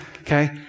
Okay